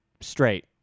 straight